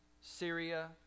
Syria